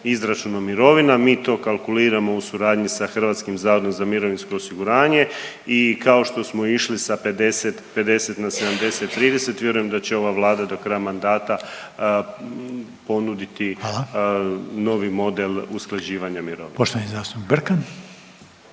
izračunom mirovina. Mi to kalkuliramo u suradnji sa Hrvatskim zavodom za mirovinsko osiguranje. I kao što smo išli sa 50, sa 50 na 70, 30 vjerujem da će ova Vlada do kraja mandata ponuditi novi model … …/Upadica Reiner: Hvala./… …